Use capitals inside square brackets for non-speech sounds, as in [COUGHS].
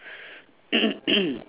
[COUGHS]